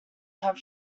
have